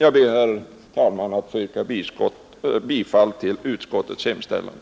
Jag ber, herr talman, att få yrka bifall till utskottets hemställan.